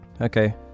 okay